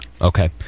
Okay